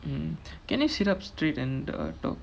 mm can you sit up straight and uh talk